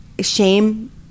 shame